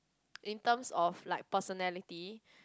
in terms of like personality